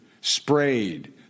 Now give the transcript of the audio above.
sprayed